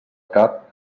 cap